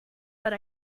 but